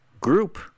group